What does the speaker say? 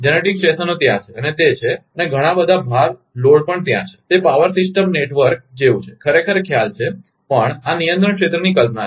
generating સ્ટેશનો ત્યાં છે અને તે છે અને ઘણા બધા ભારલોડ પણ ત્યાં છે તે પાવર સિસ્ટમ નેટવર્ક જેવું છે ખરેખર ખ્યાલ છે પણ આ નિયંત્રણ ક્ષેત્રની કલ્પના છે